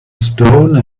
stone